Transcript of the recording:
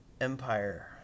Empire